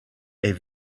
est